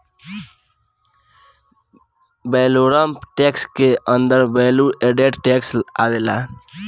valorem tax के अंदर value added tax आवेला